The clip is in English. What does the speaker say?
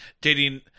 dating